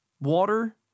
Water